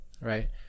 right